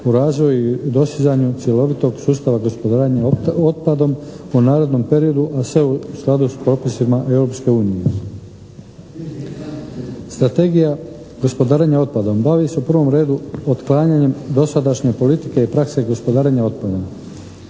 u razvoju i dostizanju cjelovitog sustava gospodarenja otpadom u narednom periodu, a sve u skladu s propisima Europske unije. Strategija gospodarenja otpadom bavi se u prvom redu otklanjanjem dosadašnje politike i prakse gospodarenja otpadom.